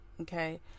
Okay